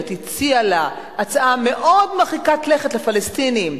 הציע הצעה מאוד מרחיקת לכת לפלסטינים,